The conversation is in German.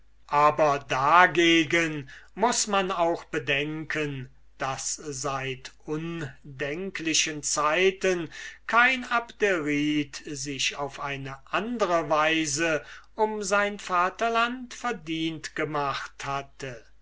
aber dagegen muß man auch bedenken daß seit undenklichen zeiten kein abderite sich auf andre weise um sein vaterland verdient gemacht hatte